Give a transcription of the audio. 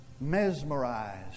mesmerized